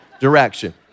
direction